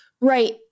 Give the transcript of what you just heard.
Right